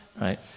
right